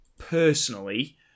personally